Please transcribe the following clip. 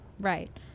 right